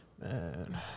Man